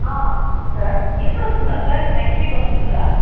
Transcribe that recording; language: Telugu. సార్ ఎప్పుడు వస్తున్నారు సార్ నెక్స్ట్ వీక్ వస్తున్నారా